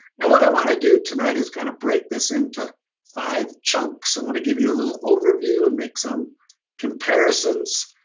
and what i want to do tonight is kind of break this into five chunks. i want to give you a little overview and make some comparisons,